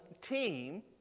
team